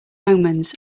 omens